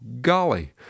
golly